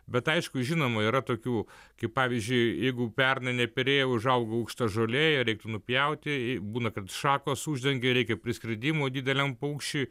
bet aišku žinoma yra tokių kaip pavyzdžiui jeigu pernai neperėjo užaugo aukšta žolė ją reiktų nupjauti būna kad šakos uždengė reikia priskridimo dideliam paukščiui